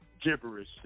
Gibberish